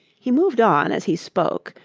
he moved on as he spoke,